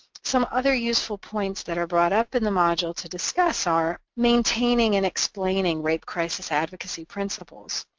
some other useful points that are brought up in the module to discuss are maintaining and explaining rape crisis advocacy principles,